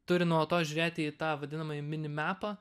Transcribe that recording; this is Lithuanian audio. turi nuolatos žiūrėti į tą vadinamąjį mini mepą